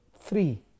Three